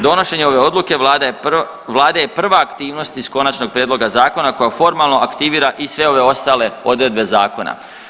Donošenjem ove odluke Vlada je prva aktivnost iz konačnog prijedloga zakona koja formalno aktivira i sve ove ostale odredbe zakona.